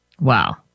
Wow